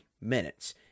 minutes